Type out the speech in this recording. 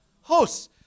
hosts